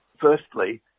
Firstly